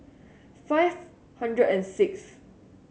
five hundred and sixth